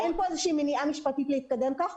אין פה איזו מניעה משפטית להתקדם כך.